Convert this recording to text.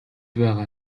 байгаа